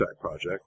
project